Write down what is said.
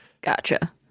Gotcha